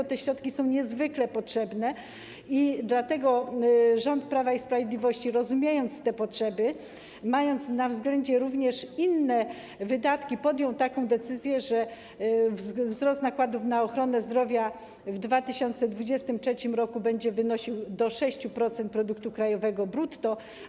Dlatego te środki są niezwykle potrzebne i dlatego rząd Prawa i Sprawiedliwości, rozumiejąc te potrzeby i mając na względzie również inne wydatki, podjął decyzję, że wzrost nakładów na ochronę zdrowia w 2023 r. będzie wynosił do 6% produktu krajowego brutto.